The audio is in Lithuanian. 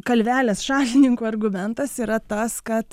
kalvelės šalininkų argumentas yra tas kad